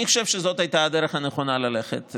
אני חושב שזאת הייתה הדרך הנכונה ללכת.